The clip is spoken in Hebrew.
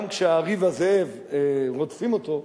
גם כשהארי והזאב רודפים אותו.